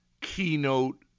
keynote